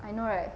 I know right